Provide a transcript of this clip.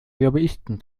lobbyisten